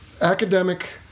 academic